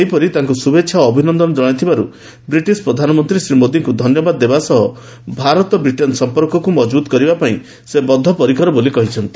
ସେହିପରି ତାଙ୍କୁ ଶୁଭେଛା ଓ ଅଭିନନ୍ଦନ ଜଣାଇଥିବାରୁ ବ୍ରିଟିଶ ପ୍ରଧାନମନ୍ତ୍ରୀ ଶ୍ରୀ ମୋଦିଙ୍କୁ ଧନ୍ୟବାଦ ଦେବା ସହ ଭାରତ ବ୍ରିଟେନ୍ ସମ୍ପର୍କକୁ ମଜଭୁତ କରିବା ପାଇଁ ସେ ବଦ୍ଧ ପରିକର ବୋଲି କହିଛନ୍ତି